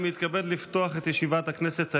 אני מתכבד לפתוח את ישיבת הכנסת היום,